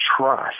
trust